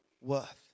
worth